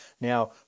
Now